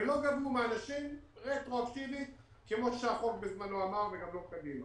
ולא --- מאנשים רטרואקטיבית כמו שהחוק אמר בזמנו וגם לא קדימה.